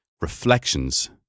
Reflections